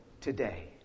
today